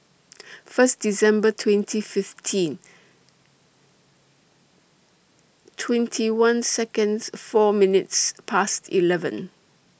First December twenty fifteen twenty one Seconds four minutes Past eleven